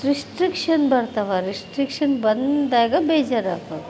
restriction ಬರ್ತವೆ restriction ಬಂದಾಗ ಬೇಜಾರಾಗ್ತದೆ